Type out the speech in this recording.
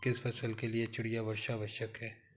किस फसल के लिए चिड़िया वर्षा आवश्यक है?